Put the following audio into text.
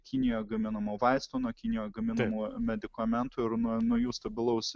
kinijoje gaminamų vaistų nuo kinijoje gaminamų medikamentų ir nuo nuo jų stabilaus